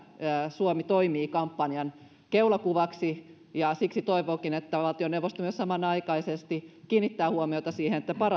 suomi toimii kampanjan keulakuvaksi siksi toivonkin että valtioneuvosto samanaikaisesti kiinnittää huomiota siihen että